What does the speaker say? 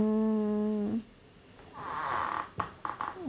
mm